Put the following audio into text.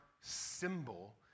symbol